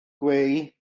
gweu